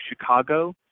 Chicago